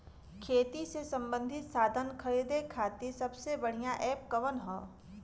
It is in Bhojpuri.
खेती से सबंधित साधन खरीदे खाती सबसे बढ़ियां एप कवन ह?